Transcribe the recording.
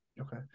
okay